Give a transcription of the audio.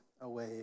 away